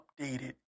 updated